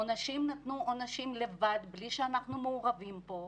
עונשים נתנו לבד בלי שאנחנו מעורבים כאן.